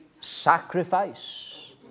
sacrifice